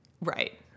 Right